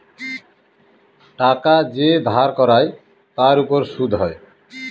টাকা যে ধার করায় তার উপর সুদ হয়